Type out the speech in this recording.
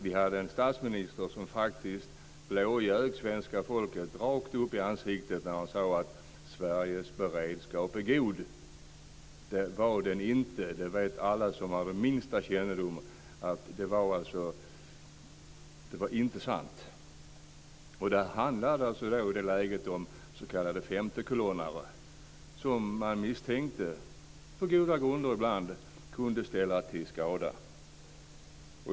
Vi hade en statsminister som faktiskt blåljög svenska folket rakt upp i ansiktet när han sade: Sveriges beredskap är god. Det var den inte. Det vet alla som har den minsta kännedom. Det var inte sant. Det handlade i det läget om s.k. femtekolonnare som man misstänkte, ibland på goda grunder, kunde ställa till skada.